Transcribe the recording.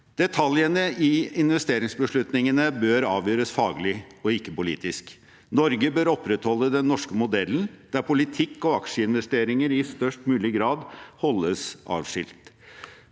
Detaljene i investeringsbeslutningene bør avgjøres faglig og ikke politisk. Norge bør opprettholde den norske modellen, der politikk og aksjeinvesteringer i størst mulig grad holdes atskilt.